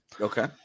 Okay